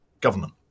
government